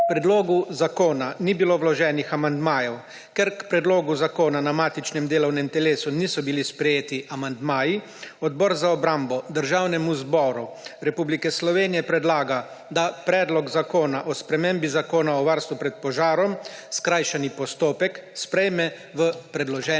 K predlogu zakona ni bilo vloženih amandmajev. Ker k predlogu zakona na matičnem delovnem telesu niso bili sprejeti amandmaji, Odbor za obrambo Državnemu zboru Republike Slovenije predlaga, da Predlog zakona o spremembi Zakona o varstvu pred požarom, skrajšani postopek, sprejme v predloženem